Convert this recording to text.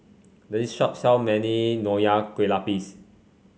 this shop sell many Nonya Kueh Lapis